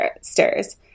stairs